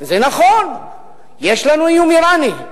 זה נכון, יש לנו איום אירני,